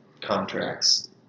contracts